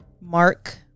Mark